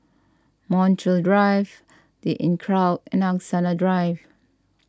Montreal Drive the Inncrowd and Angsana Drive